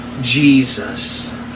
Jesus